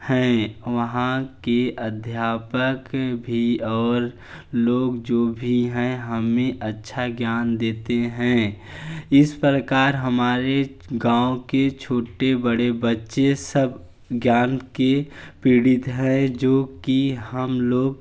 हैं वहाँ के अध्यापक भी और लोग जो भी हैं हमें अच्छा ज्ञान देते हैं इस प्रकार हमारे गाँव की छोटे बड़े बच्चे सब ज्ञान के पीड़ित है जो कि हम लोग